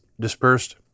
dispersed